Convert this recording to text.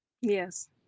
yes